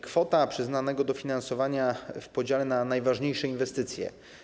Kwota przyznanego dofinansowania w podziale na najważniejsze inwestycje.